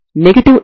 కాబట్టి unxtXn